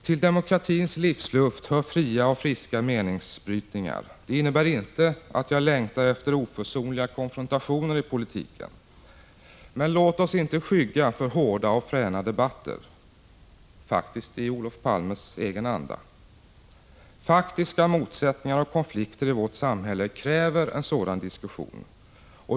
Till demokratins livsluft hör fria och friska meningsbrytningar. Det innebär inte att jag längtar efter oförsonliga konfrontationer i politiken. Men låt oss inte skygga för hårda och fräna debatter — faktiskt i Olof Palmes egen anda. Faktiska motsättningar och konflikter i vårt samhälle kräver en sådan diskussion.